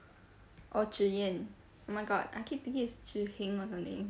oh zhi yan oh my god I keep thinking it's zhi heng or something